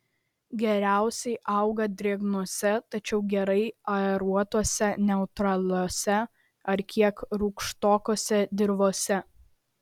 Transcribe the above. geriausiai auga drėgnose tačiau gerai aeruotose neutraliose ar kiek rūgštokose dirvose